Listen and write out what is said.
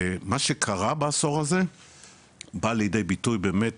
מה שקרה בעשור הזה בא לידי ביטוי באמת